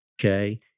Okay